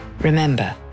Remember